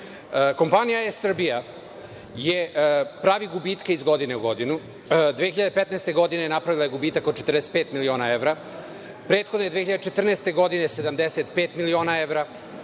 Er Srbija pravi gubitke iz godine u godinu. U 2015. godini napravila je gubitak od 45 miliona evra, prethodne 2014. godine 75 miliona evra,